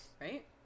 Right